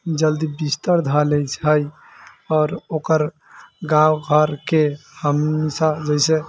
जल्दी बिस्तर धऽ लै छै आओर ओकर गाँव घरके हमेशा जैसे